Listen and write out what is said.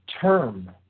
term